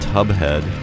Tubhead